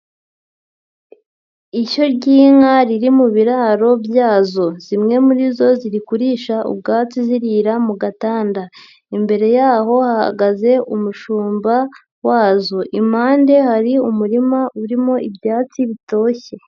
Ishyo ry'inka riri mu biraro byazo, zimwe muri zo ziri kurisha ubwatsi zirira mu gatanda, imbere yaho hahagaze umushumba wazo, impande hari umurima urimo ibyatsi bitoshye.